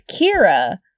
Kira